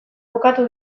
bukatu